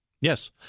Yes